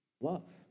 love